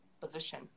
position